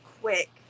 quick